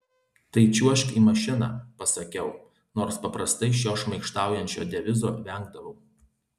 tai čiuožk į mašiną pasakiau nors paprastai šio šmaikštaujančio devizo vengdavau